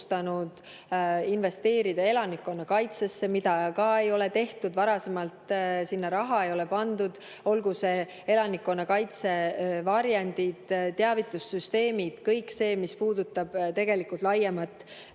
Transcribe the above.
investeerida elanikkonnakaitsesse, mida ka ei ole tehtud, varasemalt sinna raha ei ole pandud, olgu see elanikkonnakaitse varjendid, teavitussüsteemid, kõik see, mis puudutab tegelikult laiemalt